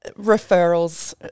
referrals